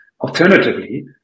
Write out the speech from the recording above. Alternatively